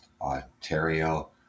Ontario